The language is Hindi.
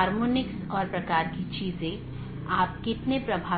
और जब यह विज्ञापन के लिए होता है तो यह अपडेट संदेश प्रारूप